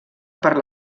per